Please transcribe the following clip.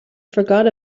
forgot